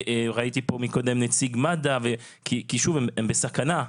ראיתי פה מקודם נציג מד"א, כי שוב, הם בסכנה.